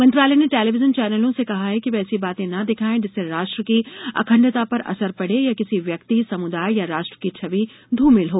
मंत्रालय ने टेलिविजन चैनलों से कहा है कि वे ऐसी बातें न दिखाएं जिससे राष्ट्र की अखंडता पर असर पड़े या किसी व्यक्ति समुदाय या राष्ट्र की छवि धूमिल हो